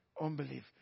unbelief